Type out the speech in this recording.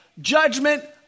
judgment